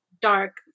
dark